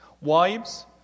Wives